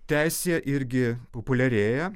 teisė irgi populiarėja